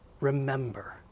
remember